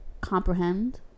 comprehend